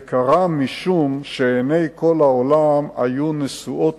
זה קרה משום שעיני כל העולם היו נשואות